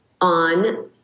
on